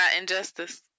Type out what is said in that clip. injustice